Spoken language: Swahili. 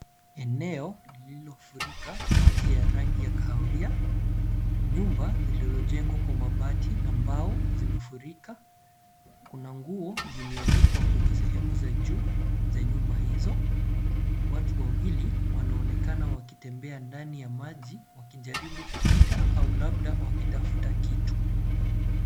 Eneo lililofurika maji ya rangi ya kahawia. Nyumba zilizojengwa kwa mabati na mbao zimefurika. Kuna nguo zimeanikwa kwenye sehemu za juu za nyumba hizo. Watu wawili wanaonekana wakitembea ndani ya maji wakijaribu kupita au labda wakitafuta kitu.